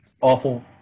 Awful